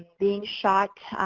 being shot,